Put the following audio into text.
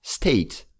State